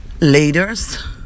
leaders